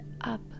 up